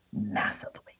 massively